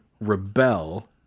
rebel